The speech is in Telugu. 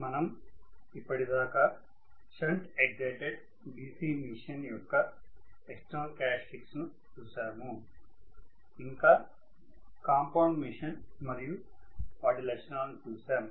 మనం ఇప్పటిదాకా షంట్ ఎగ్జైటెడ్ DC మెషిన్ యొక్క ఎక్స్టర్నల్ క్యారెక్టర్స్టిక్స్ను చూశాము ఇంకా కాంపౌండ్ మెషిన్ మరియు వాటి లక్షణాలను చూసాం